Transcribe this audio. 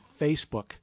Facebook